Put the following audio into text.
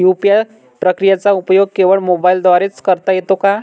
UPI प्रक्रियेचा उपयोग केवळ मोबाईलद्वारे च करता येतो का?